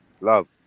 Love